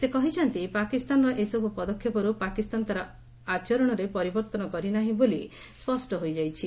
ସେ କହିଛନ୍ତି ପାକିସ୍ତାର ଏସବୁ ପଦକ୍ଷେପରୁ ପାକିସ୍ତାନ ତା'ର ଆଚରଣରେ ପରିବର୍ତ୍ତନ କରି ନାହିଁ ବୋଲି ସ୍ୱଷ୍ଟ ହୋଇଯାଇଛି